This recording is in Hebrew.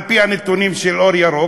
על-פי הנתונים של "אור ירוק",